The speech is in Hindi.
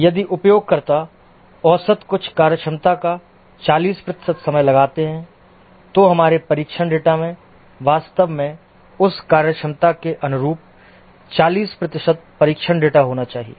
यदि उपयोगकर्ता औसतन कुछ कार्यक्षमता का 40 प्रतिशत समय लगाते हैं तो हमारे परीक्षण डेटा में वास्तव में उस कार्यक्षमता के अनुरूप 40 प्रतिशत परीक्षण डेटा होना चाहिए